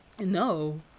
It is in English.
No